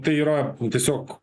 tai yra tiesiog